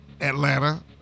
Atlanta